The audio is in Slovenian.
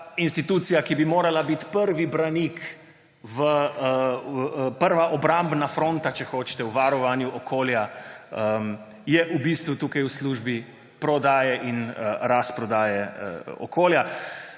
institucija, ki bi morala biti prvi branik, prva obrambna fronta, če hočete, v varovanju okolja, je v bistvu tukaj v službi prodaje in razprodaje okolja.